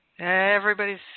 everybody's